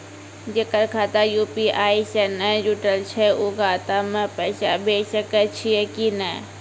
जेकर खाता यु.पी.आई से नैय जुटल छै उ खाता मे पैसा भेज सकै छियै कि नै?